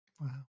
Wow